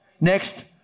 Next